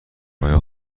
آیا